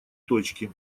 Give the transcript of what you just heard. точки